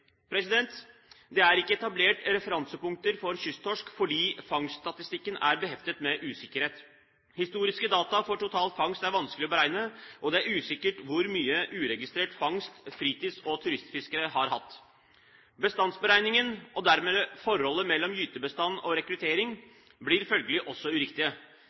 Det er ikke etablert referansepunkter for kysttorsk fordi fangststatistikken er beheftet med usikkerhet. Historiske data for total fangst er vanskelig å beregne, og det er usikkert hvor mye uregistrert fangst fritids- og turistfiskere har hatt. Bestandsberegningene, og dermed forholdet mellom gytebestand og rekruttering, blir følgelig også uriktige.